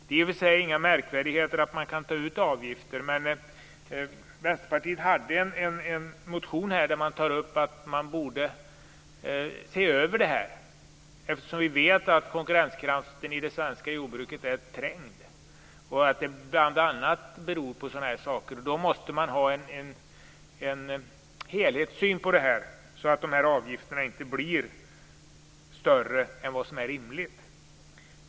Det är i och för sig inga märkvärdigheter att man kan ta ut avgifter, men Vänsterpartiet har en motion här och menar att man borde se över frågan. Eftersom vi vet att konkurrenskraften i det svenska jordbruket är trängd och att det bl.a. beror på sådana här saker, måste man ha en helhetssyn så att avgifterna inte blir större än vad som är rimligt.